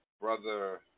brother